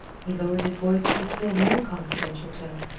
he lowered his voice to a still more confidential tone.